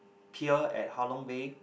pier at Halong Bay